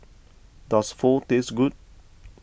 does Pho taste good